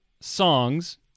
songs